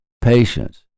patience